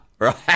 Right